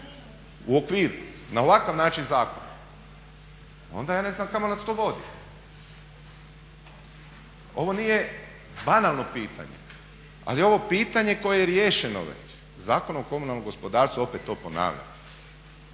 u okvir na ovakav način zakon, onda ja ne znam kamo nas to vodi? Ovo nije banalno pitanje, ali je ovo pitanje koje je riješeno već Zakonom o komunalnom gospodarstvu opet to ponavljam.